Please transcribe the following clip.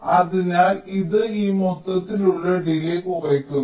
അതിനാൽ ഇത് ഈ മൊത്തത്തിലുള്ള ഡിലേയ്യ് കുറയ്ക്കുന്നു